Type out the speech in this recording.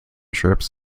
trips